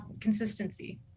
consistency